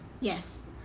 Yes